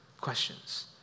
questions